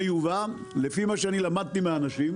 לפי מה שאני למדתי מהאנשים,